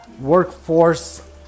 Workforce